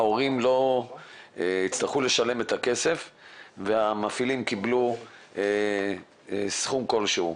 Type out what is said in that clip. ההורים לא הצטרכו לשלם את הכסף והמפעילים קיבלו סכום כלשהו.